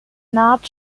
not